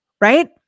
right